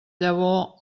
llavor